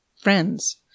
friends